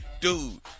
dude